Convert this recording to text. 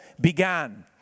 began